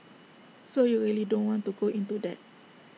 so you really don't want to go into that